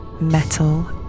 Metal